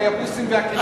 והיבוסים והכנענים,